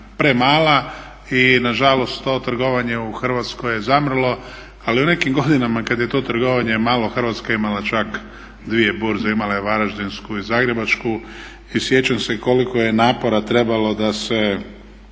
premala i nažalost to trgovanje u Hrvatskoj je zamrlo ali u nekim godinama kad je to trgovanje mala Hrvatska je imala čak dvije burze, imala je varaždinsku i zagrebačku. I sjećam se koliko je napora trebalo da se